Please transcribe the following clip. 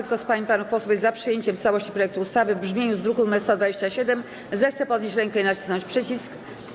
Kto z pań i panów posłów jest za przyjęciem w całości projektu ustawy w brzmieniu z druku nr 127, zechce podnieść rękę i nacisnąć przycisk.